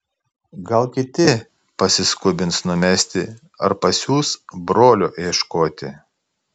gal kiti pasiskubins numesti ar pasiųs brolio ieškoti